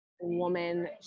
woman